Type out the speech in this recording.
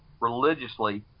religiously